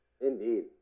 Indeed